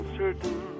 certain